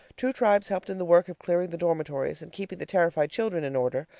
two tribes helped in the work of clearing the dormitories and keeping the terrified children in order.